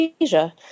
Asia